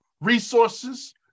resources